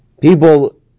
people